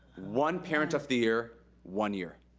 one parent of the year, one year.